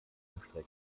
erstrecken